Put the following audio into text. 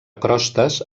crostes